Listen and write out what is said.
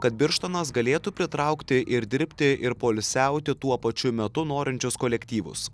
kad birštonas galėtų pritraukti ir dirbti ir poilsiauti tuo pačiu metu norinčius kolektyvus